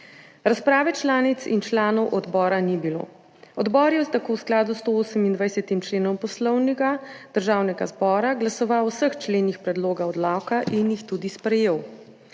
Razprave članic in članov odbora ni bilo. Odbor je tako v skladu s 128. členom Poslovnika Državnega zbora glasoval o vseh členih predloga odloka in jih tudi sprejel.